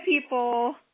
people